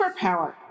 superpower